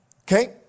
Okay